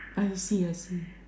I see I see